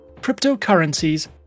cryptocurrencies